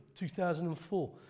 2004